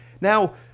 Now